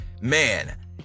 man